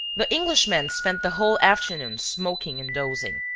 the englishman spent the whole afternoon smoking and dozing.